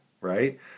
right